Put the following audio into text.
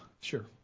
Sure